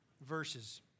verses